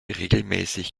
regelmäßig